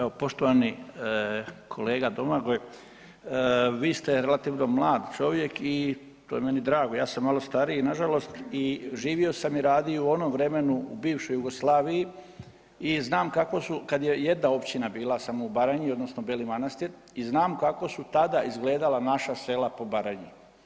Evo, poštovani kolega Domagoj, vi ste relativno mlad čovjek i to je meni drago, ja sam malo stariji nažalost i živio sam i radio u onom vremenu u bivšoj Jugoslaviji i znam kako su, kad je jedna općina bila samo u Baranji, odnosno Beli Manastir i znam kako su tada izgledala naša sela po Baranji.